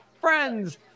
friends